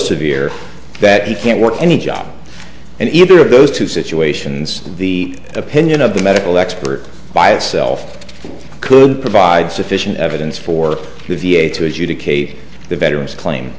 severe that he can't work any job and either of those two situations the opinion of the medical expert by itself could provide sufficient evidence for the v a to adjudicate the veteran's claim